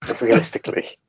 realistically